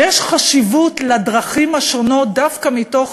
ויש חשיבות לדרכים השונות דווקא מתוך